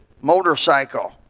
motorcycle